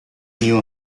new